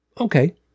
Okay